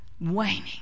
waning